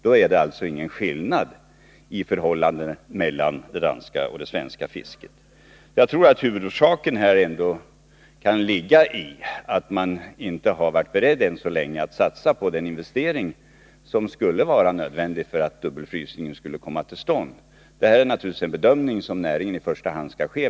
Då är det alltså ingen skillnad mellan det danska och svenska fisket. Huvudorsaken kan ändå ligga i att man ännu så länge inte har varit beredd att satsa på den investering som skulle vara nödvändig för att dubbelfrysning skulle komma till stånd. Det här är naturligtvis en bedömning som näringen i första hand skall göra.